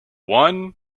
one